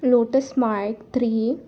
lotus mica three